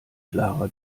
clara